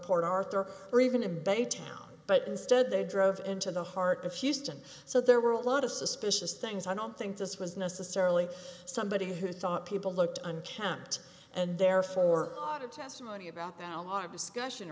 port arthur or even in baytown but instead they drove into the heart of houston so there were a lot of suspicious things i don't think this was necessarily somebody who thought people looked and kept and therefore lot of testimony about that a lot of discussion